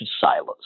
silos